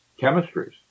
chemistries